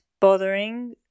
bothering